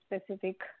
specific